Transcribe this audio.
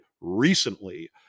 recently